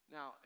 Now